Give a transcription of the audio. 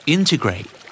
Integrate